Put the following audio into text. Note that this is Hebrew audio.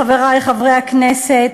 חברי חברי הכנסת,